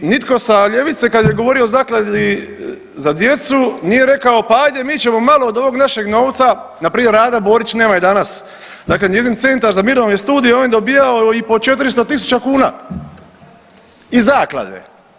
I nitko sa ljevice kad je govorio o zakladi za djecu nije rekao pa ajde mi ćemo malo od ovog našeg novca na primjer Rada Borić, nema je danas, dakle njezin centar za mirovne studije on je dobijao i po 400.000 kuna iz zaklade.